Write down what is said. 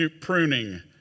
pruning